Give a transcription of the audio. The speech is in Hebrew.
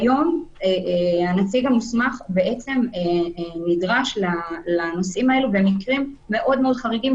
כיום הנציג המוסמך נדרש לנושאים האלה במקרים מאוד חריגים,